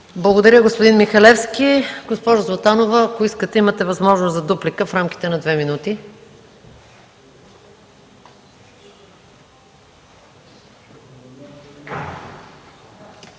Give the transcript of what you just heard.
Благодаря, господин Михалевски. Госпожо Златанова, имате възможност за дуплика в рамките на 2 минути.